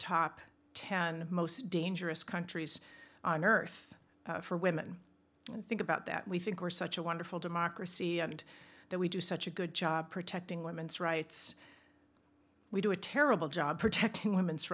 top ten most dangerous countries on earth for women and think about that we think we're such a wonderful democracy and that we do such a good job protecting women's rights we do a terrible job protecting women's